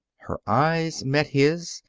her eyes met his,